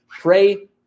Pray